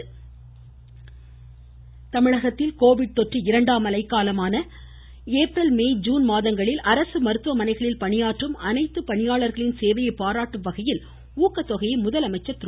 ஸ்டாலின் ஊக்கத்தொகை தமிழகத்தில் கோவிட் தொற்று இரண்டாம் அலை காலமான ஏப்ரல் மே ஜுன் மாதங்களில் அரசு மருத்துவமனைகளில் பணியாற்றும் அனைத்து பணியாள்களின் சேவையை பாராட்டும் வகையில் ஊக்கத்தொகையை முதலமைச்சர் திரு